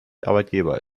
arbeitgeber